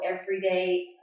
everyday